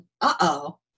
Uh-oh